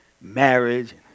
marriage